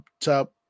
top